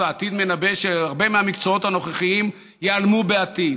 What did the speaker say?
העתיד מנבא שהרבה מהמקצועות הנוכחיים ייעלמו בעתיד.